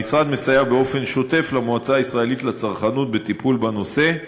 המשרד מסייע באופן שוטף למועצה הישראלית לצרכנות בטיפול בנושא.